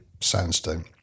sandstone